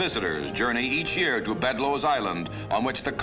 visitors journey each year to bed lows island on which the